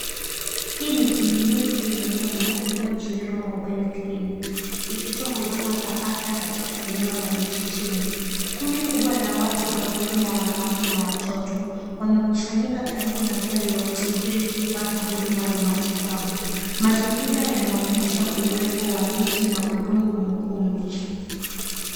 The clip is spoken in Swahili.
Hii ni kliniki yenye nebo, Beyond Zero Mobile Clinic. Ikitoa huduma za afya katika eneo la vijijini. Kundi kubwa la watu, wakiwemo wanawake na watoto, wamekusanyika karibu na gari wakisubiri kupata huduma za matibabu. Mazingira yanaonesha uwepo wa miti na udongo mwekundu.